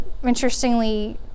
interestingly